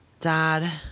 Dad